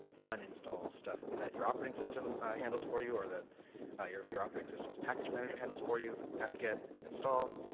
one installs stuff that your operating system handles for you, or that your your operating system's package manager handles for you, apt get install.